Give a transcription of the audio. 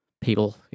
people